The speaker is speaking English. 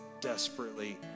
desperately